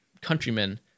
countrymen